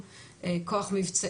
נושא האכיפה הדיגיטלית,